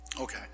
Okay